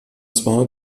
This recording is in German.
zwar